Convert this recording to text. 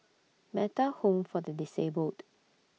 Metta Home For The Disabled